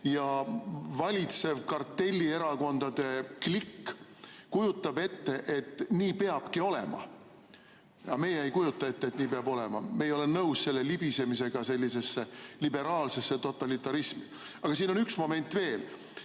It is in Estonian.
ja valitsev kartellierakondade klikk kujutab ette, et nii peabki olema. Meie ei kujuta ette, et nii peab olema. Me ei ole nõus libisemisega sellisesse liberaalsesse totalitarismi. Aga siin on üks moment veel.